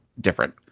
different